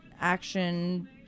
action